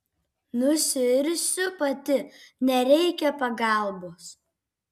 nusiirsiu pati nereikia pagalbos